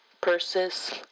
purses